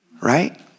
Right